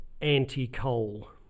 anti-coal